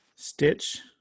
Stitch